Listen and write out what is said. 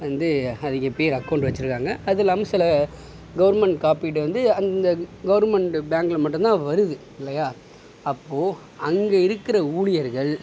வந்து அதிகம் பேர் அக்கோண்ட் வெச்சுருக்காங்க அதுவும் இல்லாமல் சில கவுர்மெண்ட் காப்பீடு வந்து அந்தந்த கவுர்மெண்டு பேங்க்கில் மட்டும்தான் வருது இல்லையா அப்போது அங்கே இருக்கிற ஊழியர்கள்